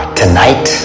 tonight